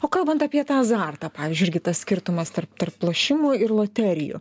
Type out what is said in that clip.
o kalbant apie tą azartą pavyzdžiui irgi tas skirtumas tarp tarp lošimų ir loterijų